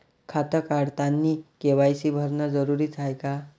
खातं काढतानी के.वाय.सी भरनं जरुरीच हाय का?